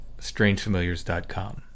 strangefamiliars.com